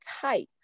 type